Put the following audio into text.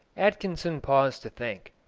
atkinson paused to think.